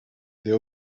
they